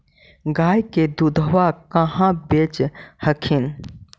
गया के दूधबा कहाँ बेच हखिन?